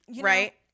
Right